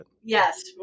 Yes